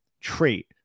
trait